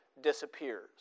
disappears